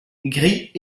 gris